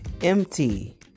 empty